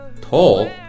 tall